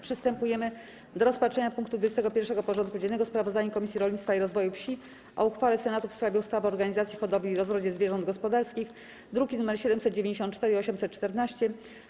Przystępujemy do rozpatrzenia punktu 21. porządku dziennego: Sprawozdanie Komisji Rolnictwa i Rozwoju Wsi o uchwale Senatu w sprawie ustawy o organizacji hodowli i rozrodzie zwierząt gospodarskich (druki nr 794 i 814)